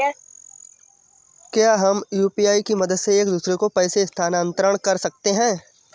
क्या हम यू.पी.आई की मदद से एक दूसरे को पैसे स्थानांतरण कर सकते हैं?